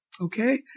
Okay